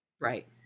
Right